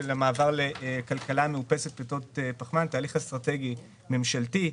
של מעבר לכלכלה מאופסת פליטות פחמן תהליך אסטרטגי ממשלתי.